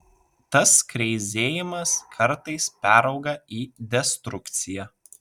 tas kreizėjimas kartais perauga į destrukciją